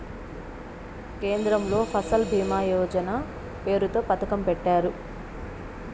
కేంద్రంలో ఫసల్ భీమా యోజన పేరుతో పథకం పెట్టారు